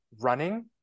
running